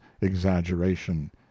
exaggeration